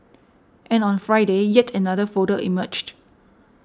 and on Friday yet another photo emerged